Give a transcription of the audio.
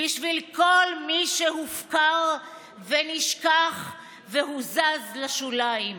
בשביל כל מי שהופקר ונשכח והוזז לשוליים.